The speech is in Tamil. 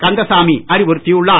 கந்தசாமி அறிவுறுத்தி உள்ளார்